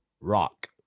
Rock